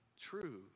true